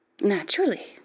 Naturally